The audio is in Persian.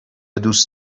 دوست